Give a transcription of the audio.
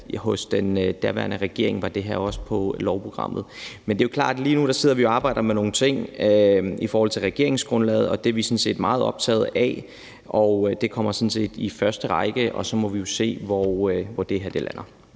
hos den daværende regering. Men det er jo klart, at vi lige nu sidder og arbejder med nogle ting i forhold til regeringsgrundlaget. Det er vi sådan set meget optaget af, og det kommer i første række, og så må vi jo se, hvor det her lander.